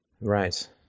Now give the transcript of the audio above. Right